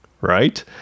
right